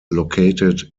located